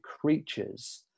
creatures